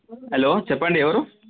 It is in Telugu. హలో చెప్పండి ఎవరు